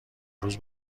روز